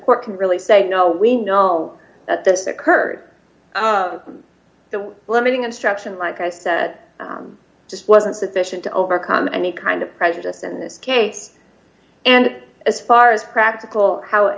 court can really say no we know that this occurred that limiting instruction like i said just wasn't sufficient to overcome any kind of prejudice in this case and as far as practical how it